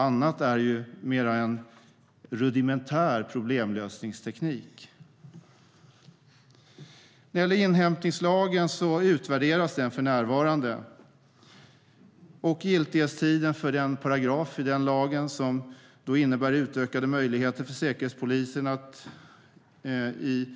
Annat är ju mer en rudimentär problemlösningsteknik. Inhämtningslagen utvärderas för närvarande. Giltighetstiden för den paragraf i den lagen som innebär utökade möjligheter för Säkerhetspolisen att i